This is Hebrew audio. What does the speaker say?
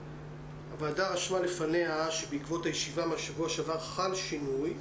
הוועדה רשמה לפניה שבעקבות הישיבה מהשבוע שעבר חל שינוי.